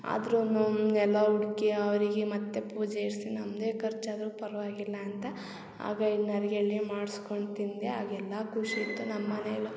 ಆದರೂನು ಎಲ್ಲ ಹುಡ್ಕಿ ಅವರಿಗೆ ಮತ್ತು ಪೂಜೆ ಇಡ್ಸಿ ನಮ್ಮದೇ ಖರ್ಚಾದ್ರು ಪರವಾಗಿಲ್ಲ ಅಂತ ಆಗ ಐನೋರಿಗೆ ಹೇಳಿ ಮಾಡ್ಸ್ಕೊಂಡು ತಿಂದೆ ಆಗೆಲ್ಲ ಖುಷಿ ಇತ್ತು ನಮ್ಮ ಮನೇಲು